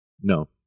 No